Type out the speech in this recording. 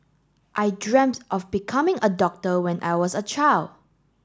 I dreamt of becoming a doctor when I was a child